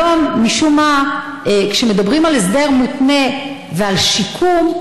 היום, משום מה, כשמדברים על הסדר מותנה ועל שיקום,